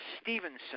Stevenson